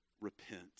repent